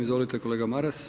Izvolite kolega Maras.